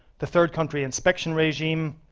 the third country inspection regime.